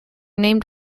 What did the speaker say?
named